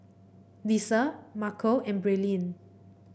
Lissa Marco and Braelyn